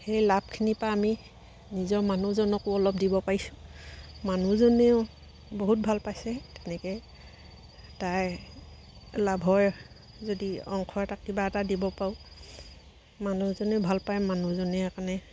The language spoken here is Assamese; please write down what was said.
সেই লাভখিনিৰপৰা আমি নিজৰ মানুহজনকো অলপ দিব পাৰিছোঁ মানুহজনেও বহুত ভাল পাইছে তেনেকৈ তাই লাভৰ যদি অংশ এটা কিবা এটা দিব পাৰোঁ মানুহজনেও ভাল পায় মানুহজন কাৰণে